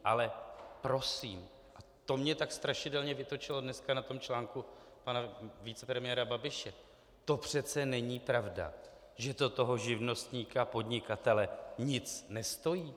Ale prosím, a to mě tak strašidelně vytočilo dneska na tom článku pana vicepremiéra Babiše to přece není pravda, že to toho živnostníka, podnikatele nic nestojí.